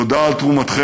תודה על תרומתכם